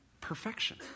perfection